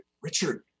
Richard